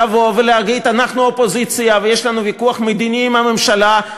לבוא ולהגיד: אנחנו אופוזיציה ויש לנו ויכוח מדיני עם הממשלה,